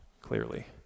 clearly